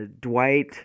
Dwight